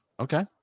Okay